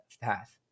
path